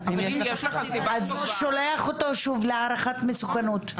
אז הוא שולח אותו שוב להערכת מסוכנות.